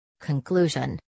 Conclusion